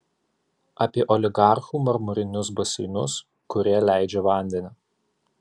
apie oligarchų marmurinius baseinus kurie leidžia vandenį